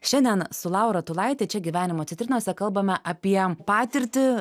šiandien su laura tulaite čia gyvenimo citrinose kalbame apie patirtį